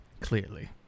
clearly